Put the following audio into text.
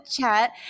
chat